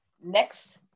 Next